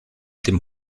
dem